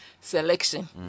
selection